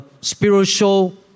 spiritual